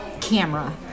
camera